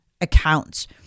accounts